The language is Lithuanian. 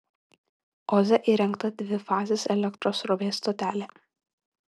oze įrengta dvifazės elektros srovės stotelė